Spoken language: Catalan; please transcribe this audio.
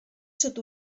sud